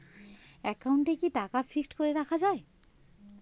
একাউন্টে কি টাকা ফিক্সড করে রাখা যায়?